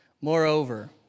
Moreover